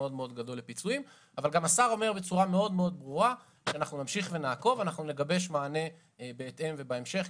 השר אומר בצורה ברורה שנמשיך לעקוב ונגבש מתווה בהתאם.